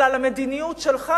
אלא למדיניות שלך,